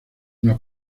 una